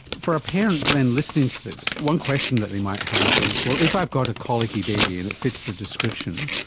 for a parent then listening to this, one question that they might have is, well, if i've got a colicky baby and it fits the description,